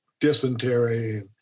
dysentery